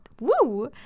Woo